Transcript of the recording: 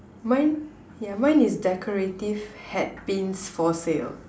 mine yeah mine is decorative hat pins for sale